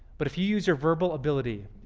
but if you use your verbal ability,